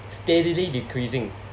steadily decreasing